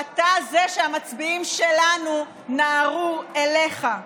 אתה זה שהמצביעים שלנו נהרו אליו,